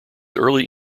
early